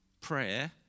prayer